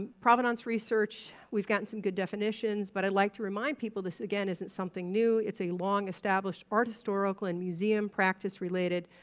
provenance research, we've gotten some good definitions, but i'd like to remind people this, again, isn't something new. it's a long-established art historical and museum practice related